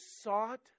sought